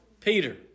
Peter